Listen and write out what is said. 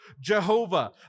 Jehovah